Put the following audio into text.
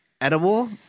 Edible